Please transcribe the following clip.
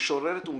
משוררת ומתרגמת.